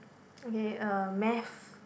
okay uh math